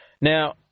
Now